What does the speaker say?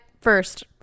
first